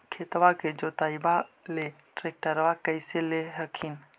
खेतबा के जोतयबा ले ट्रैक्टरबा कैसे ले हखिन?